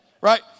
Right